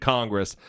Congress